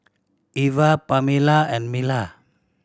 Eva Pamela and Mila